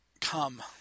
come